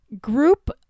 group